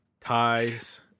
ties